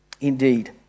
indeed